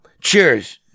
cheers